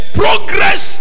progress